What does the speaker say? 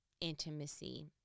intimacy